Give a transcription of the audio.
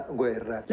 guerra